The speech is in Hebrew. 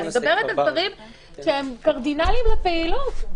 אני מדברת על דברים שהם קרדינאליים לפעילות,